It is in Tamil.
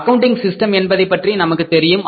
அக்கவுண்டிங் சிஸ்டம் என்பதை பற்றி நமக்கு தெரியும்